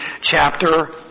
chapter